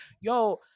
yo